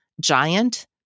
giant